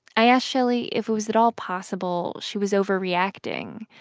i asked shelley if it was at all possible she was overreacting,